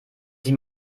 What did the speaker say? sich